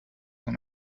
them